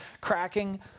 cracking